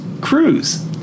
cruise